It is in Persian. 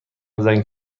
زنگ